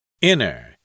Inner